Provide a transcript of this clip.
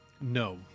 No